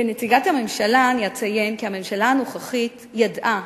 כנציגת הממשלה אציין כי הממשלה הנוכחית ידעה,